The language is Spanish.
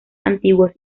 antiguos